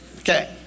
Okay